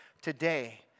today